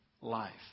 life